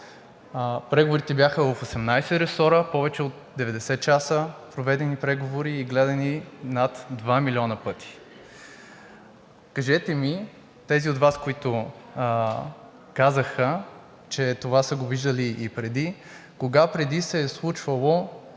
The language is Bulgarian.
Преговорите бяха в 18 ресора, повече от 90 часа проведени преговори и гледани над два милиона пъти. Кажете ми тези от Вас, които казаха, че това са го виждали и преди – кога преди се е случвало